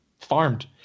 farmed